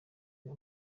iyo